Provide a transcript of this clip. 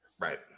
right